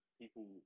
people